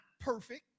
perfect